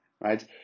right